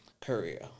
career